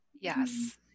Yes